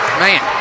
Man